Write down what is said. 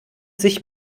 sich